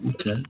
Okay